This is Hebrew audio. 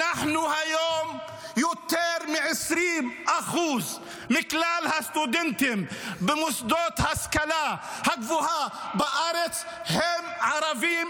היום יותר מ-20% מכלל הסטודנטים במוסדות להשכלה גבוהה בארץ הם ערבים,